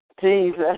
Jesus